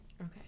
Okay